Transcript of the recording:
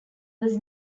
was